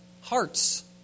hearts